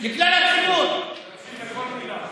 הוא מקשיב לכל מילה.